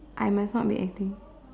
I must not mean anything